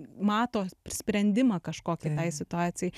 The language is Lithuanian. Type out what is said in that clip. mato sprendimą kažkokį tai situacijai